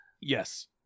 Yes